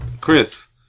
Chris